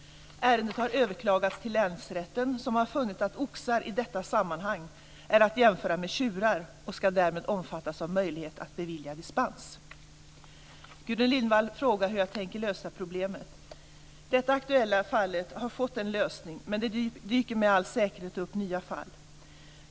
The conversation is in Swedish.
Ärendet har överklagats till länsrätten, som har funnit att oxar i detta sammanhang är att jämföra med tjurar och därmed ska omfattas av möjligheten att beviljas dispens. Gudrun Lindvall frågar hur jag tänker lösa problemet. Det aktuella fallet har fått en lösning, men det dyker med all säkerhet upp nya fall.